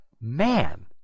Man